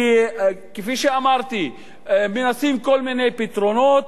כי, כפי שאמרתי, מנסים כל מיני פתרונות,